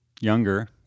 younger